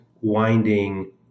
winding